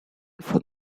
from